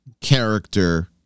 character